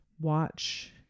watch